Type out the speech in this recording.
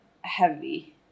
heavy